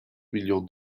milyon